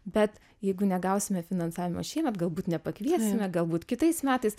bet jeigu negausime finansavimo šiemet galbūt nepakviesime galbūt kitais metais